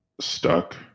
stuck